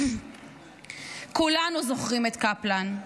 כולנו זוכרים את קפלן,